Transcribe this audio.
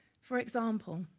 for example,